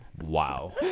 wow